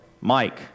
Mike